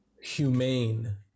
humane